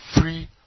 free